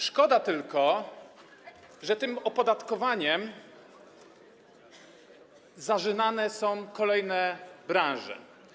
Szkoda tylko, że tym opodatkowaniem zarzynane są kolejne branże.